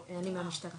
לאומי.